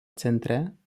centre